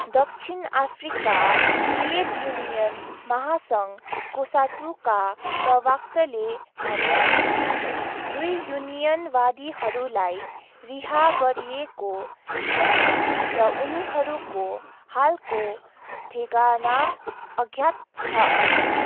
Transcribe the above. दक्षिण Africa trade union महासङ्घ कोसाटुका प्रवक्ताले भने कि दुई युनियनवादीहरूलाई रिहा गरिएको छैन र उनीहरूको हालको ठेगाना अज्ञात छ